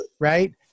right